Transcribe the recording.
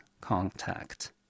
contact